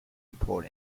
report